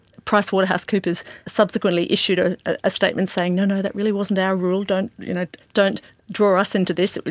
pricewaterhousecoopers subsequently issued a ah statement saying, no, no, that really wasn't our rule, don't you know don't draw us into this,